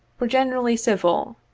were generally civil,